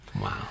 Wow